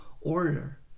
order